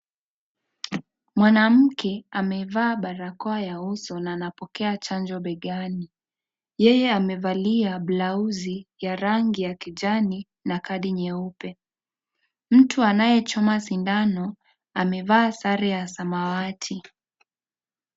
Mwanamke amevaa barakoa ya uso na anapokea chanjo begani, yeye amevalia blausi ya rangi ya kijani na kadi nyeupe mtu anayechoma sindano amevaa sare ya samawati.